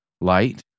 light